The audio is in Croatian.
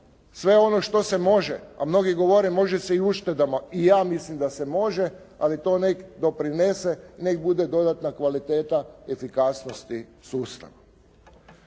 sve ono što se može, a mnogi govore može se i uštedama i ja mislim da se može, ali to neka doprinese, neka bude dodatna kvaliteta efikasnosti sustava.